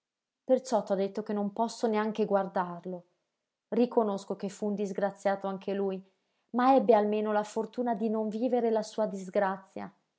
lui perciò t'ho detto che non posso neanche guardarlo riconosco che fu un disgraziato anche lui ma ebbe almeno la fortuna di non vivere la sua disgrazia